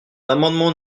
l’amendement